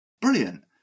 brilliant